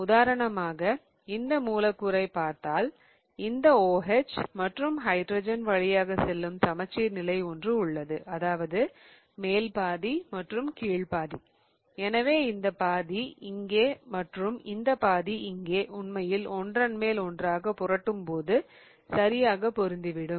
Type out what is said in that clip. உதாரணமாக இந்த மூலக்கூறை பார்த்தால் இந்த OH மற்றும் ஹைட்ரஜன் வழியாகச் செல்லும் சமச்சீர் நிலை ஒன்று உள்ளது அதாவது மேல் பாதி மற்றும் கீழ் பாதி எனவே இந்த பாதி இங்கே மற்றும் இந்த பாதி இங்கே உண்மையில் ஒன்றன்மேல் ஒன்றாக புரட்டும்போது சரியாக பொருந்தி விடும்